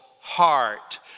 heart